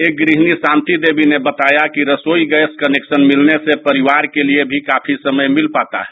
एक गृहिणी शांति देवी ने बताया कि रसोई गैस कनेक्शन मिलने से परिवार के लिए भी काफी समय मिल पाता है